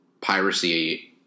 piracy